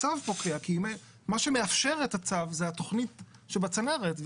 מה שמאפשר את הצו זה התכנית שבצנרת.